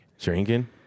drinking